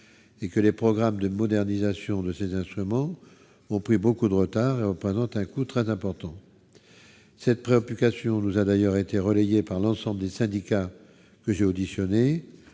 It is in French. et que les programmes de modernisation de ces instruments ont pris beaucoup de retard, représente un coût très important cette préoccupation nous a d'ailleurs été relayé par l'ensemble des syndicats, que j'ai auditionné